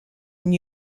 and